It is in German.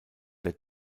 der